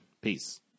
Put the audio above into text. Peace